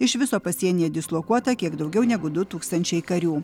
iš viso pasienyje dislokuota kiek daugiau negu du tūkstančiai karių